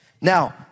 Now